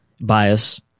bias